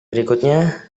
berikutnya